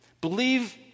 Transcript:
Believe